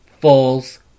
false